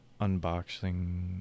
unboxing